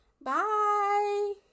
Bye